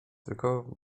tylko